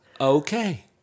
Okay